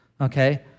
okay